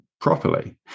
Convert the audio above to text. properly